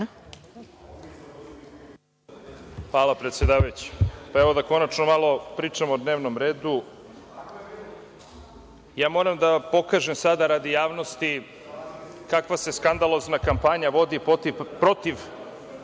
Hvala, predsedavajuća. Konačno da malo pričamo o dnevnom redu. Moram da pokažem sada radi javnosti kakva se skandalozna kampanja vodi protiv